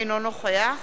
אינו נוכח